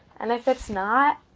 and if it's not,